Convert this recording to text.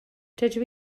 dydw